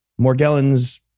Morgellons